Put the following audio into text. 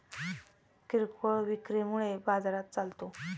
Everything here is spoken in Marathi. किरकोळ विक्री मुळे बाजार चालतो